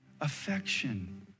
affection